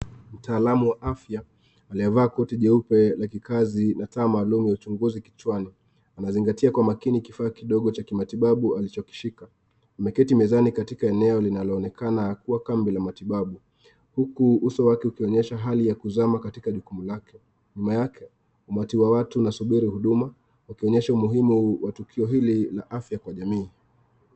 Mtaalam wa afya aliyevaa koti jeupe la kikazi na taa maalum ya uchunguzi kichwani anazingatia kwa makini kifaa kidogo cha matibabu alichokishika ameketi mezani katika eneo linaloonekana kuwa kambi la matibabu huku uso wake ukionyesha hali ya kuzama katika jukumu lake. Nyuma yake umati wa watu unasubiri huduma ukionyesha umuhimu wa tukio hili la afya kwa jamii.